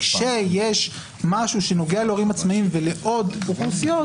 כשיש משהו שנוגע להורים עצמאיים ולעוד אוכלוסיות,